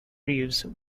reeves